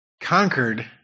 conquered